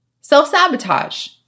Self-sabotage